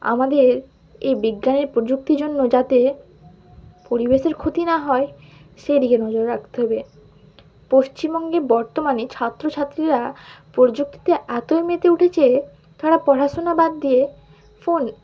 আমাদের এই বিজ্ঞানের প্রযুক্তির জন্য যাতে পরিবেশের ক্ষতি না হয় সেদিকে নজর রাখতে হবে পশ্চিমবঙ্গে বর্তমানে ছাত্রছাত্রীরা প্রযুক্তিতে এতই মেতে উঠেছে তারা পড়াশোনা বাদ দিয়ে ফোন